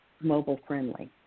mobile-friendly